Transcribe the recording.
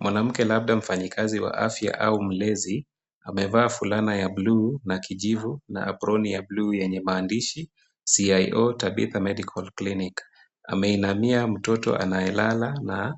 Mwanamke labda mfanyikazi wa afya au mlezi amevaa fulana ya buluu na kijivu na aproni ya buluu yenye maandishi CIO Tabitha medical clinic ameinama mtoto anayelala na